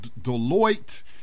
Deloitte